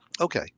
okay